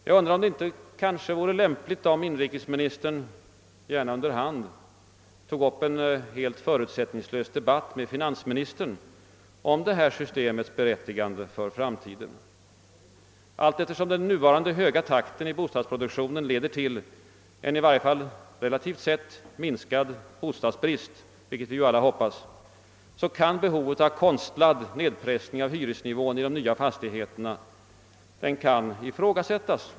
| Jag undrar, om det inte vore lämpligt om inrikesministern, gärna under hand, tog upp en helt förutsättningslös debatt med finansministern om systemets berättigande för framtiden. Allteftersom den nuvarande höga takten i byggnadsproduktionen leder till en i varje fall relativ minskning av bostadsbristen — vilket vi ju alla hoppas på — kan behovet av en konstlad nedpressning av hyresnivån i de nya fastigheterna ifrågasättas.